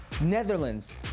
Netherlands